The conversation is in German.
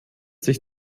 sich